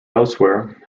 elsewhere